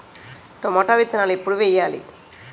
Tomato విత్తనాలు ఎప్పుడు వెయ్యాలి?